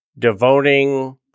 Devoting